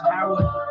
Howard